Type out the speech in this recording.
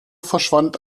verschwand